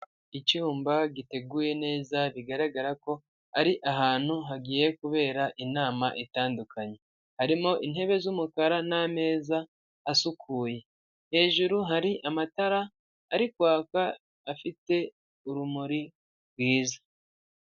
Icyumba giteguye neza bigaragara ko ari ahantu hagiye kubera inama itandukanye, harimo intebe z'umukara n'ameza asukuye, hejuru hari amatara ari kwaka afite urumuri rwiza.